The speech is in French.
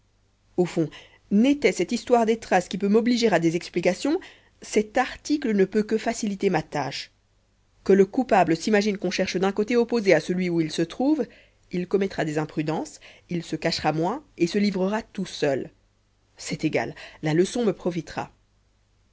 au fond n'était cette histoire des traces qui peut m'obliger à des explications cet article ne peut que faciliter ma tâche que le coupable s'imagine qu'on cherche d'un côté opposé à celui où il se trouve il commettra des imprudences il se cachera moins et se livrera tout seul c'est égal la leçon me profitera